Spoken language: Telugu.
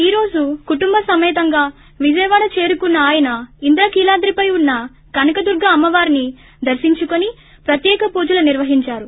ఈ రోజు కుటుంబ సమేతంగా విజయవాడు చేరుకున్న ఆయన ఇంద్రకీలాద్రిపై ఉన్న కనకదుర్గ అమ్మవారిని దర్పించుకుని ప్రత్యేక పూజలు నిర్వహించారు